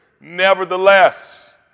Nevertheless